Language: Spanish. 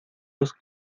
los